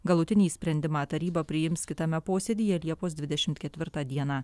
galutinį sprendimą taryba priims kitame posėdyje liepos dvidešimt ketvirtą dieną